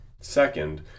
Second